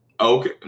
Okay